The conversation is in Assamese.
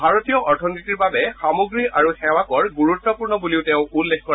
ভাৰতীয় অথনীতিৰ বাবে সামগ্ৰী আৰু সেৱা কৰ গুৰুত্বপূৰ্ণ বুলিও তেওঁ উল্লেখ কৰে